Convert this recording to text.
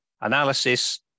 analysis